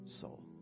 soul